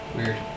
Weird